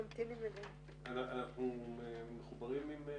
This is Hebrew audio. הישיבה ננעלה בשעה 09:05.